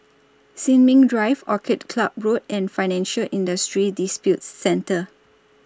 Sin Ming Drive Orchid Club Road and Financial Industry Disputes Center